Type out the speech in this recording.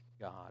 God